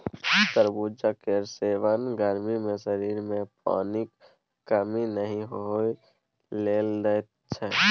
तरबुजा केर सेबन गर्मी मे शरीर मे पानिक कमी नहि होइ लेल दैत छै